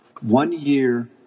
one-year